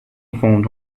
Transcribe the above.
formed